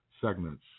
segments